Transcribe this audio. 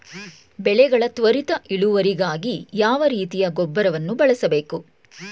ಬೆಳೆಗಳ ತ್ವರಿತ ಇಳುವರಿಗಾಗಿ ಯಾವ ರೀತಿಯ ಗೊಬ್ಬರವನ್ನು ಬಳಸಬೇಕು?